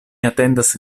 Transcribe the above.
atendas